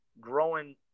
growing